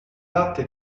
latte